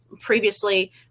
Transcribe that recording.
Previously